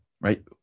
Right